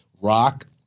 rock